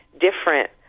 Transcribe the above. different